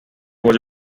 was